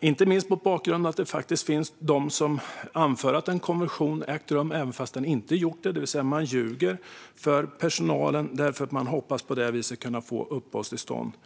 inte minst mot bakgrund av att det finns de som anför att en konversion ägt rum även om den inte gjort det, det vill säga ljuger för personalen i hopp om att på det viset kunna få en skyddsgrund och därmed uppehållstillstånd.